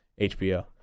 HBO